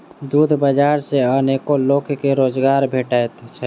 दूध बाजार सॅ अनेको लोक के रोजगार भेटैत छै